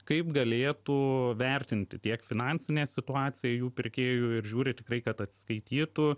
kaip galėtų vertinti tiek finansinę situaciją jų pirkėjų ir žiūri tikrai kad atsiskaitytų